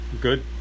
Good